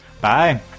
Bye